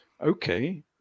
okay